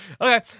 okay